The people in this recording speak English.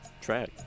track